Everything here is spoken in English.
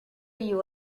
you